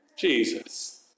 Jesus